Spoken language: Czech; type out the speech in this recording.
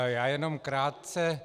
Já jenom krátce.